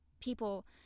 people